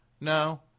no